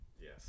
Yes